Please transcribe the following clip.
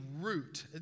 root